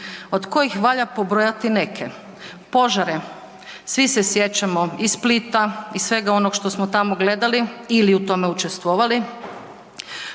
od kojih valja pobrojati neke. Požare, svi se sjećamo iz Splita, iz svega onoga što smo tamo gledali ili u tome učestvovali,